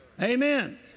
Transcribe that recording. Amen